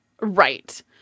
right